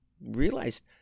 realized